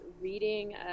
reading